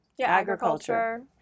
agriculture